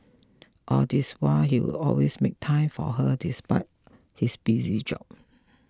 all this while he would always make time for her despite his busy job